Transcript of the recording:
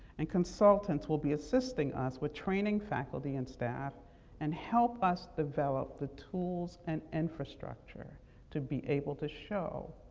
and consultants will be assisting us with training faculty and staff and help us develop the tools and infrastructure to be able to show